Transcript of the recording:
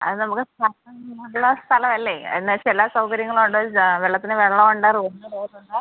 അത് നമുക്ക് പ്ലോട്ട് നല്ല സ്ഥലവല്ലേ എന്ന് വെച്ചാൽ എല്ലാ സൗകര്യങ്ങളുമുണ്ട് ജ വെള്ളത്തിന് വെള്ളവുണ്ട് റോഡിന് റോഡുണ്ട്